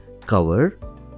cover